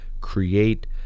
Create